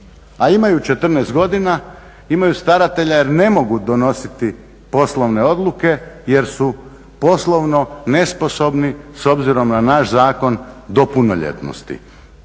A imaju 14 godina, imaju staratelja jer ne mogu donositi poslovne odluke jer su poslovno nesposobni s obzirom na naš zakon do punoljetnosti.